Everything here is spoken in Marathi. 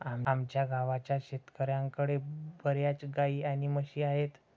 आमच्या गावाच्या शेतकऱ्यांकडे बर्याच गाई आणि म्हशी आहेत